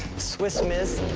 swiss miss,